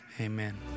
Amen